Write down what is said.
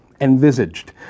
envisaged